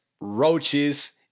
roaches